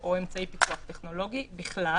או אמצעי פיקוח טכנולוגי בכלל,